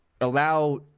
allow